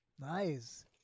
Nice